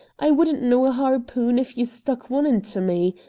i wouldn't know a harpoon if you stuck one into me.